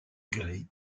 gray